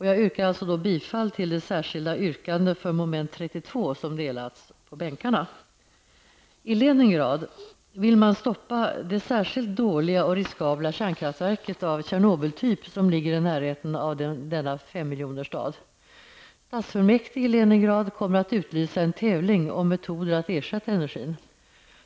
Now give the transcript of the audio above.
Jag yrkar bifall till det särskilda yrkande för mom. 32 som delats på bänkarna. I Leningrad vill man stoppa det särskilt dåliga och riskabla kärnkraftverk av Tjernobyltyp som ligger i närheten av denna femmiljonersstad. Stadsfullmäktige i Leningrad kommer att utlysa en tävling om metoder att ersätta energin.